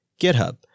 GitHub